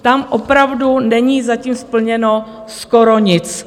Tam opravdu není zatím splněno skoro nic.